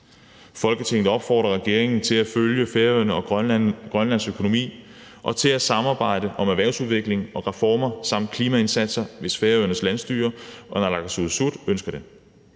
Folketinget opfordrer regeringen til at følge Færøernes og Grønlands økonomi og til at samarbejde om erhvervsudvikling og reformer samt klimaindsatser, hvis Færøernes landsstyre og naalakkersuisut ønsker det.